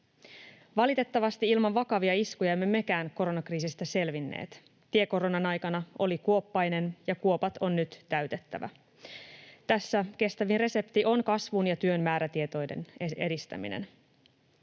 Valitettavasti ilman vakavia iskuja emme mekään koronakriisistä selvinneet. Tie koronan aikana oli kuoppainen, ja kuopat on nyt täytettävä. Tässä kestävin resepti on kasvun ja työn määrätietoinen edistäminen.